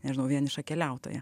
nežinau vieniša keliautoja